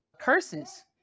curses